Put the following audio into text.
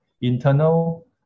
Internal